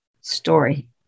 story